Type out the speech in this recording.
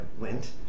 went